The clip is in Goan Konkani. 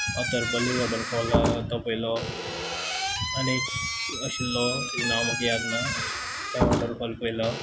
ऑतरपली वॉटरफॉल आहा तो पयलो आनी एक आशिल्लो तेजें नांव म्हाका याद ना तो वॉटरफॉल पयलो